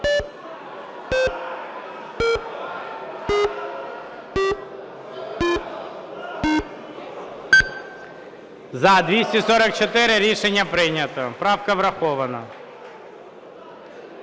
За-244 Рішення прийнято. Правка врахована.